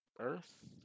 Earth